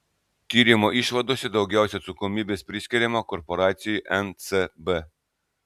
tyrimo išvadose daugiausiai atsakomybės priskiriama korporacijai ncb